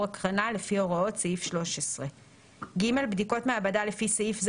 הקרנה לפי הוראות סעיף 13. (ג) בדיקות מעבדה לפי סעיף זה